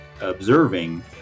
observing